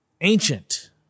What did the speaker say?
ancient